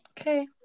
okay